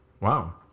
Wow